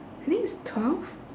I think it's twelve